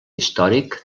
històric